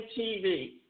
TV